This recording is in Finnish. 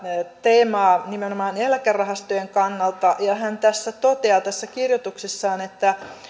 teemaa nimenomaan eläkerahastojen kannalta ja hän toteaa tässä kirjoituksessaan että